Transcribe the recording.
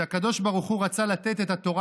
כשהקדוש ברוך הוא רצה לתת את התורה